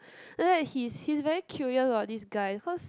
then after that he's he's very curious about this guy cause